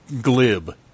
glib